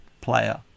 player